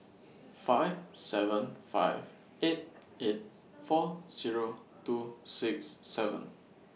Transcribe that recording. five seven five eight eight four Zero two six seven